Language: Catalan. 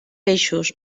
peixos